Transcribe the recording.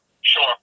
Sure